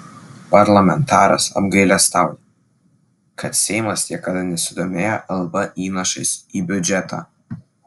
parlamentaras apgailestauja kad seimas niekada nesidomėjo lb įnašais į biudžetą